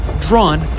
drawn